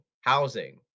housing